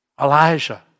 Elijah